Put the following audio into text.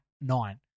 nine